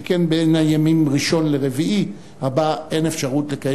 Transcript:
שכן בארבעת הימים של תחילת ספטמבר הכנסת